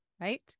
right